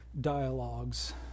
dialogues